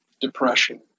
depression